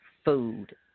food